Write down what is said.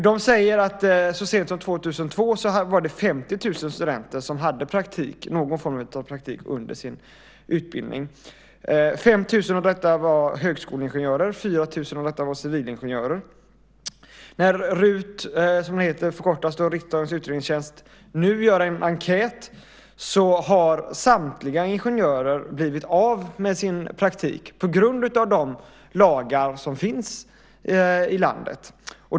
De säger att så sent som 2002 var det 50 000 studenter som hade någon form av praktik under sin utbildning. 5 000 av dem var högskoleingenjörer, 4 000 av dem var civilingenjörer. När riksdagens utredningstjänst nu gör en enkät har samtliga ingenjörer blivit av med sin praktik på grund av de lagar som finns i landet.